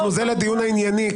זה לדיון הענייני.